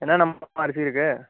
என்னன்னம்மா அரிசி இருக்கு